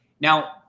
Now